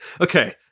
Okay